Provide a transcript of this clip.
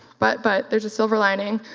but, but, there's a silver lining.